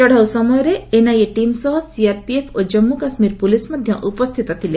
ଚଢ଼ାଉ ସମୟରେ NIA team ସହ ସିଆର୍ପିଏଫ୍ ଓ ଜାନ୍ଗୁ କାଶ୍ୱୀର ପୁଲିସ୍ ମଧ୍ୟ ଉପସ୍ଥିତ ଥିଲେ